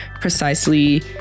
precisely